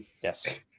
Yes